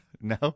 No